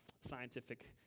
scientific